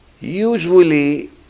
Usually